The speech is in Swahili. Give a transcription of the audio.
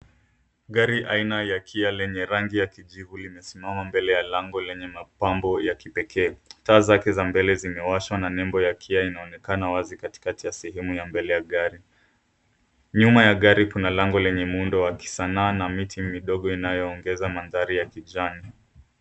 Gari aina ya KIA lenye rangi ya kijivu limesimama mbele ya lango lenye mapambo ya kipekee. Taa zake za mbele zimewashwa na nembo KIA inaonekana wazi katika sehemu ya mbele ya gari. Nyuma ya gari kuna lango lenye muundo wa kisanaa na miti midogo inayo ongeza mandhari ya kijani.